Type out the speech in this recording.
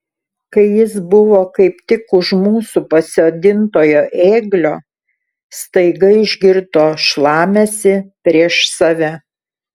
kai jis buvo kaip tik už mūsų pasodintojo ėglio staiga išgirdo šlamesį prieš save